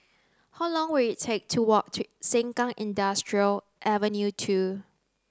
how long will it take to walk to Sengkang Industrial Avenue two